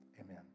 Amen